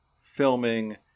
filming